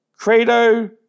Credo